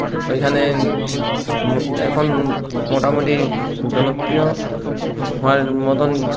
ওইখানে এখন মোটামোটি জনপ্রিয় হওয়ার মতো